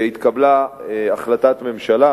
והתקבלה החלטת ממשלה,